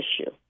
issue